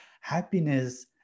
happiness